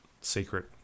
secret